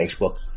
Facebook